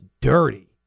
dirty